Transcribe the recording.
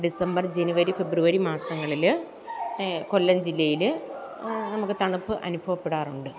December January February മാസങ്ങളിൽ കൊല്ലം ജില്ലയിൽ നമുക്ക് തണുപ്പ് അനുഭവപ്പെടാറുണ്ട്